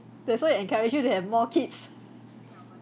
that's why I encourage you to have more kids